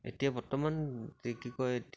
এতিয়া বৰ্তমান যে কি কয়